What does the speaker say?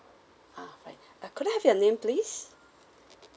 ah right uh could I have your name please